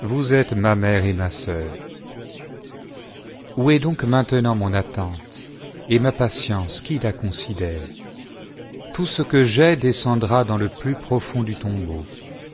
vous êtes ma mère et ma soeur où est donc maintenant mon attente et ma patience qui la considère ig tout ce que j'ai descendra dans le ilus profond du tombeau